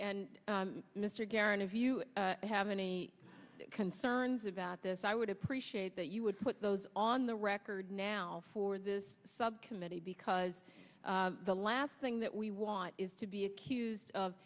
and mr garrett if you have any concerns about this i would appreciate that you would put those on the record now for this subcommittee because the last thing that we want is to be accused of